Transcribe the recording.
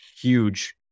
huge